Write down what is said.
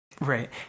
Right